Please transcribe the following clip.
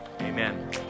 Amen